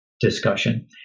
discussion